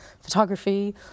Photography